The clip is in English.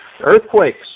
earthquakes